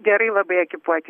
gerai labai ekipuoti